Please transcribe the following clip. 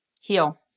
heal